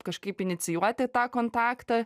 kažkaip inicijuoti tą kontaktą